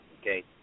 Okay